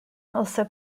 also